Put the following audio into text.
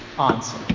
answer